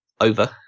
Over